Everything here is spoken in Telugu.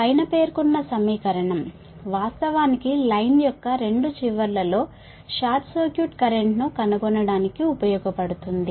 పైన పేర్కొన్న సమీకరణం వాస్తవానికి లైన్ యొక్క రెండు చివర్లలో షార్ట్ సర్క్యూట్ కరెంట్ను కనుగొనడానికి ఉపయోగపడుతుంది